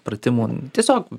pratimų tiesiog